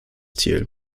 ziel